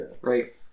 right